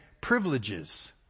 privileges